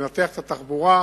על לנתח את התחבורה